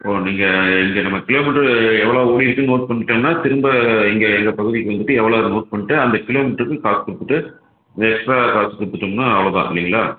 இப்போது நீங்கள் இந்த நம்ம கிலோமீட்டரு எவ்வளோ ஓடியிருக்கு நோட் பண்ணிட்டோம்னால் திரும்ப இங்கே எங்கே பகுதிக்கு வந்துட்டு எவ்வளோ ஆகுது நோட் பண்ணிட்டு அந்த கிலோமீட்டருக்கும் காசு கொடுத்துட்டு இந்த எக்ஸ்ட்ரா காசு கொடுத்துட்டோம்னா அவ்வளோதான் இல்லைங்களா